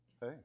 hey